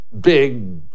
big